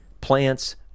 plants